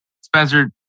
Spencer